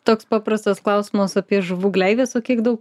toks paprastas klausimas apie žuvų gleives o kiek daug